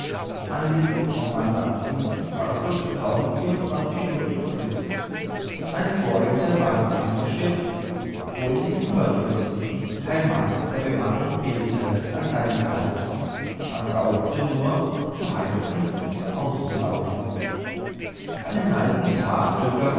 man ließ dem commandanten farragut kaum vierundzwanzig stunden frist seine vorräthe waren eingeschifft kohlen in ueberfluß kein mann der bemannung fehlte an seinem platz man brauchte nur zu heizen auszulaufen einen halben tag